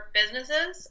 businesses